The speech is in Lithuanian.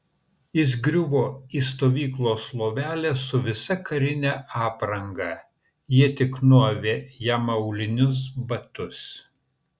jis griuvo į stovyklos lovelę su visa karine apranga jie tik nuavė jam aulinius batus